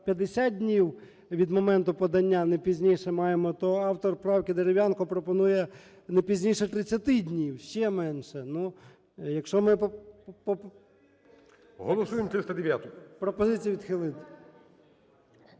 50 днів від моменту подання, не пізніше маємо, то автор правки Дерев'янко пропонує не пізніше 30 днів, ще менше.